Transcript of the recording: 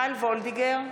מיכל וולדיגר,